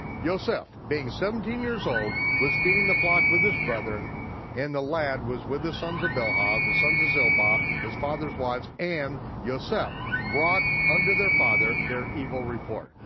yoseph being seventeen years old, was feeding the flock with his brethren, and the lad was with the sons of bilhah, the sons of zilpah, his father's wives, and joseph brought unto their father their evil report.